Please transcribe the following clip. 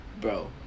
bro